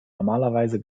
normalerweise